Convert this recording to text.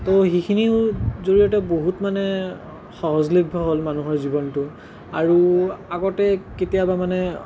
তো সেইখিনিও জৰিয়তে বহুত মানে সহজলভ্য হ'ল মানুহৰ জীৱনটো আৰু আগতে কেতিয়াবা মানে